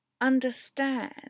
understand